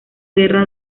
guerra